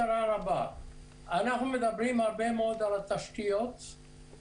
אנחנו מדברים הרבה מאוד על התשתיות,